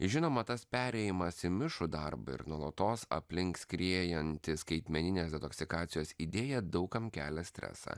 žinoma tas perėjimas į mišrų darbą ir nuolatos aplink skriejanti skaitmeninės detoksikacijos idėja daug kam kelia stresą